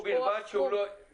ובלבד שהוא לא יהיה יותר גבוה.